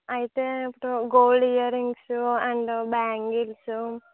అయితే ఇప్పుడు gold ear rings and bangles